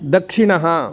दक्षिणः